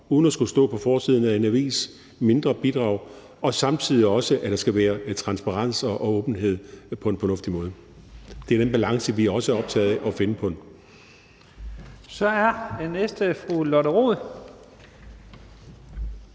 uden at skulle stå på forsiden af en avis, og at der samtidig også skal være transparens og åbenhed på en fornuftig måde. Det er den balance, vi også er optaget af at finde.